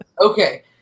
Okay